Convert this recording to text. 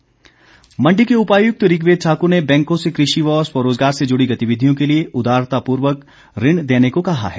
ऋग्वेद ठाकुर मंडी के उपायुक्त ऋग्वेद ठाकुर ने बैंकों से कृषि व स्वरोजगार से जुड़ी गतिविधियों के लिए उदारतापूर्वक ऋण देने को कहा है